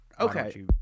Okay